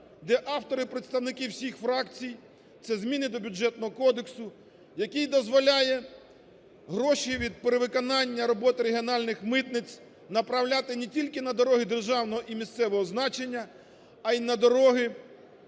де автори – представники всіх фракцій, це зміни до Бюджетного кодексу, який дозволяє гроші від перевиконання роботи регіональних митниць направляти не тільки на дороги державного і місцевого значення, а і на дороги